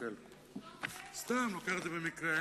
סתם אני לוקח במקרה,